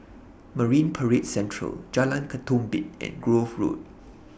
Marine Parade Central Jalan Ketumbit and Grove Road